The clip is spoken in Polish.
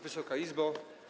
Wysoka Izbo!